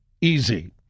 easy